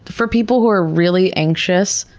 for people who are really anxious,